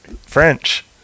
French